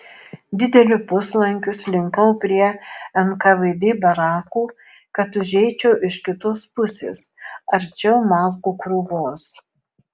dideliu puslankiu slinkau prie nkvd barakų kad užeičiau iš kitos pusės arčiau malkų krūvos